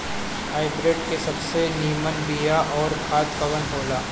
Hybrid के सबसे नीमन बीया अउर खाद कवन हो ला?